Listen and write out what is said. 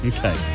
Okay